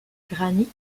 granit